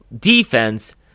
defense